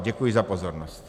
Děkuji za pozornost.